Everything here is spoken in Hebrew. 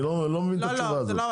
אני לא מבין את התשובה הזו,